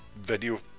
video